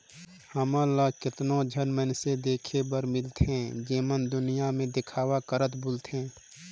हमन ल केतनो झन मइनसे देखे बर मिलथें जेमन दुनियां में देखावा करत बुलथें